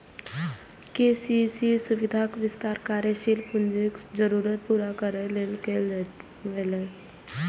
KCC सुविधाक विस्तार कार्यशील पूंजीक जरूरत पूरा करै लेल कैल गेलै